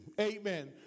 amen